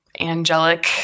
angelic